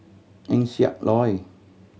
Eng Siak Loy